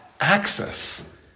access